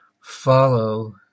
follow